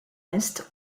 est